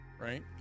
right